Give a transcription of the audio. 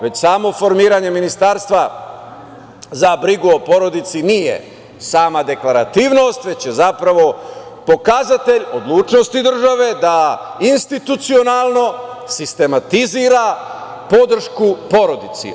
Već samo formiranje Ministarstva za brigu o porodici nije sama deklarativnost, već je zapravo pokazatelj odlučnosti države da institucionalno, sistematizuje podršku porodici.